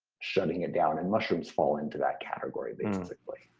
shutting it down, and mushrooms fall into that category basically.